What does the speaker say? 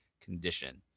condition